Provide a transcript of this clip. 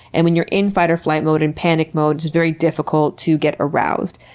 and when you're in fight or flight mode, in panic mode, it's very difficult to get aroused.